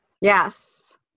yes